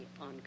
on